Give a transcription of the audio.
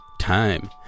Time